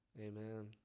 Amen